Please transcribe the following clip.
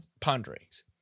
ponderings